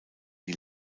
die